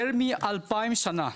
יותר מ-2,000 שנים.